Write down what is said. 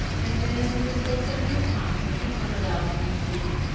and then there's also quicktime. so quicktime allows you to,